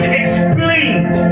explained